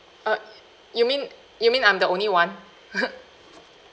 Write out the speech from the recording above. uh you mean you mean I'm the only one